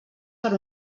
per